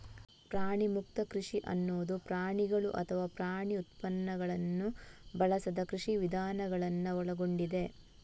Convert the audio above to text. ಪ್ರಾಣಿಮುಕ್ತ ಕೃಷಿ ಅನ್ನುದು ಪ್ರಾಣಿಗಳು ಅಥವಾ ಪ್ರಾಣಿ ಉತ್ಪನ್ನಗಳನ್ನ ಬಳಸದ ಕೃಷಿ ವಿಧಾನಗಳನ್ನ ಒಳಗೊಂಡಿದೆ